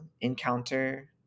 encounter